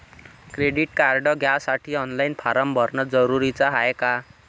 Credit card घ्यासाठी online form भरन जरुरीच हाय का?